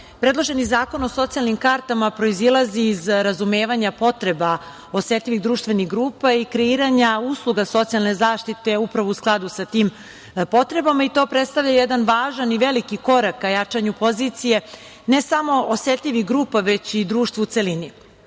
predloženi Zakon o socijalnim kartama proizilazi iz razumevanja potreba osetljivih društvenih grupa i kreiranja usluga socijalne zaštite upravo u skladu sa tim potrebama i to predstavlja jedan važan i veliki korak ka jačanju pozicije ne samo osetljivih grupa, već i društva u celini.